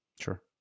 Sure